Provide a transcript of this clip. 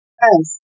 yes